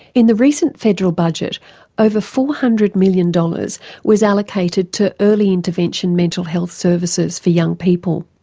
in the recent federal budget over four hundred million dollars was allocated to early intervention mental health services for young people.